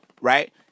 Right